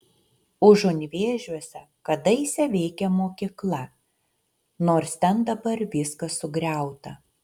užunvėžiuose kadaise veikė mokykla nors ten dabar viskas sugriauta